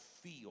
feel